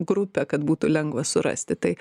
grupę kad būtų lengva surasti tai